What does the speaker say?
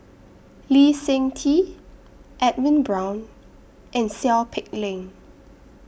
Lee Seng Tee Edwin Brown and Seow Peck Leng